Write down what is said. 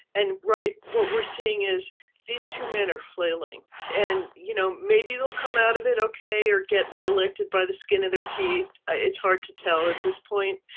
and. right. what we're seeing is these two men are flailing and, you know, maybe they'll come out of it, ok, or get reelected by the skin of their teeth. ah it's hard to tell at this point,